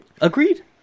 Agreed